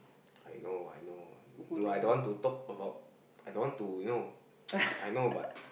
I know I know no I don't want to talk about I don't want to you know I know but